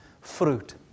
fruit